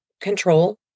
control